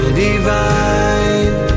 divine